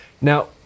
Now